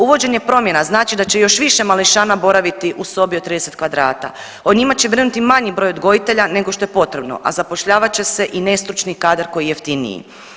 Uvođenje promjena znači da će još više mališana boraviti u sobi od 30 kvadrata, o njima će brinuti manji broj odgojitelja nego što je potrebno, a zapošljavat će se i nestručni kadar koji je jeftiniji.